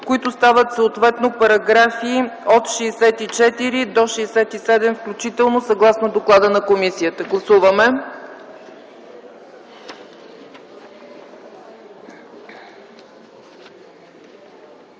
които стават съответно параграфи от 64 до 67 включително, съгласно доклада на комисията. Гласуваме!